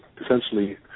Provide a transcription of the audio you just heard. essentially